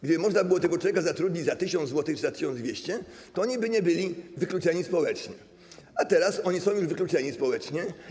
Gdyby można było tego człowieka zatrudnić za 1000 zł czy za 1200 zł, to oni by nie byli wykluczeni społecznie, a teraz oni są już wykluczeni społecznie.